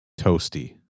Toasty